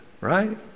right